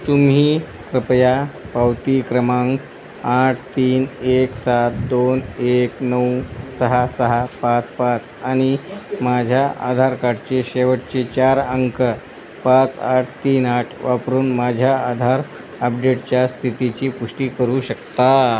तुम्ही कृपया पावती क्रमांक आठ तीन एक सात दोन एक नऊ सहा सहा पाच पाच आणि माझ्या आधार कार्डचे शेवटचे चार अंक पाच आठ तीन आठ वापरून माझ्या आधार अपडेटच्या स्थितीची पुष्टी करू शकता